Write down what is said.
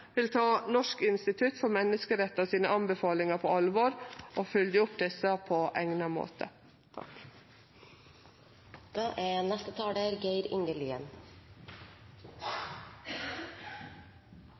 vil ta Norges institutt for menneskerettigheters anbefalingar på alvor og følgje opp desse på eigna måte.